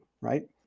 Right